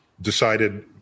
decided